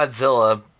Godzilla